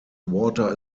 water